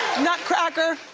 nutcracker,